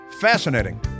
Fascinating